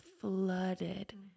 flooded